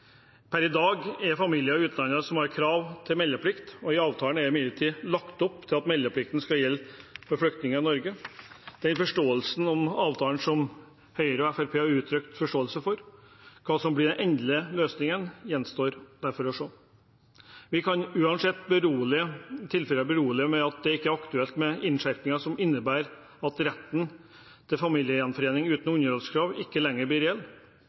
Per i dag er det familien i utlandet som har krav til meldeplikt. I avtalen er det imidlertid lagt opp til at meldeplikten skal gjelde for flyktningen i Norge. Det er en forståelse av avtalen som Høyre og Fremskrittspartiet har uttrykt forståelse for. Hva som blir den endelige løsningen, gjenstår derfor å se. Vi kan uansett berolige med at det ikke er aktuelt med innskjerpinger som innebærer at retten til familiegjenforening uten underholdskrav ikke lenger blir reell.